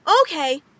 Okay